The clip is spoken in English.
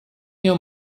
your